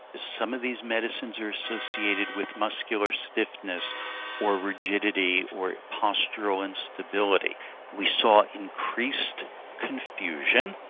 some of these medicines are associated with muscular stiffness or rigidity or postural instability we saw increased confusion.